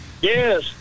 Yes